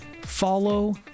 follow